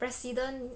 president